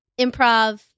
improv